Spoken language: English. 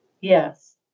Yes